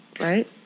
right